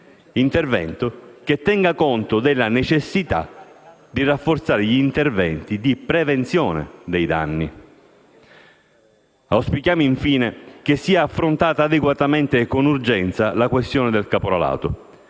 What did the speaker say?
agricole, che tenga conto della necessità di rafforzare le azioni di prevenzione dei danni. Auspichiamo infine che sia affrontata adeguatamente e con urgenza la questione del caporalato,